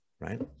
right